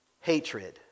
hatred